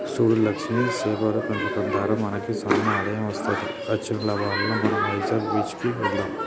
సూడు లక్ష్మి సేపల పెంపకం దారా మనకి సానా ఆదాయం వస్తది అచ్చిన లాభాలలో మనం వైజాగ్ బీచ్ కి వెళ్దాం